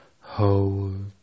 Hold